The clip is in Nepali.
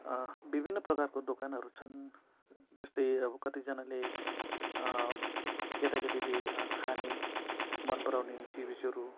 विभिन्न प्रकारको दोकानहरू छन् जस्तै अब कतिजनाले केटाकेटीले खाने मनपराउने चिजहरू